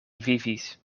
vivis